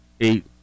eight